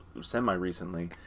Semi-recently